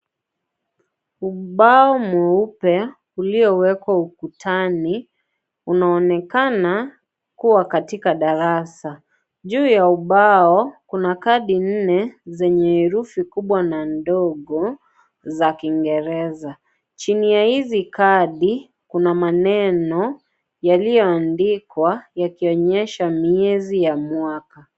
Ubao mweupe uliowekwa ukutani, unaonekana kuwa katika darasa. Juu ya ubao, kuna kadi nne zenye herufi kubwa na ndogo za kingereza. Chini ya hizi kadi, kuna maneno yaliyoandikwa yakionyesha miezi ya mwaka.